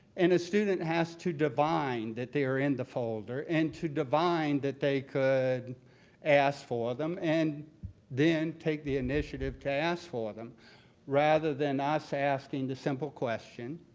and a student has to divine that they are in the folder, and to divine that they could ask for them and then take the initiative to ask for them rather than us asking the simple question,